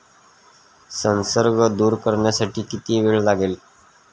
संसर्ग दूर करण्यासाठी किती वेळ लागेल?